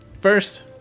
first